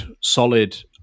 solid